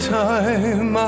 time